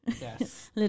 Yes